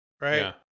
right